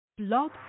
blog